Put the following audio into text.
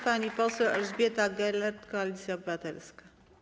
Pani poseł Elżbieta Gelert, Koalicja Obywatelska.